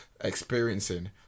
experiencing